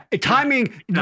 timing